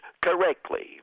correctly